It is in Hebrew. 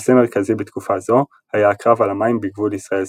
נושא מרכזי בתקופה זו היה הקרב על המים בגבול ישראל סוריה.